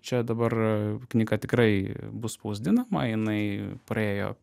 čia dabar knyga tikrai bus spausdinama jinai praėjo